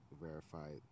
verified